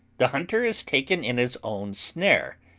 the hunter is taken in his own snare,